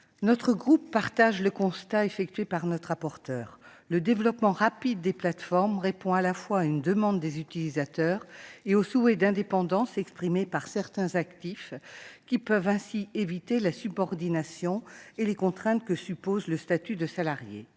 notre groupe partage le constat effectué par notre rapporteur : le développement rapide des plateformes répond à la fois à une demande des utilisateurs et au souhait d'indépendance exprimé par certains actifs, qui peuvent ainsi éviter la subordination et les contraintes liées au statut de salarié.